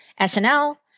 SNL